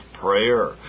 prayer